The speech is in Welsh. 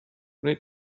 wnei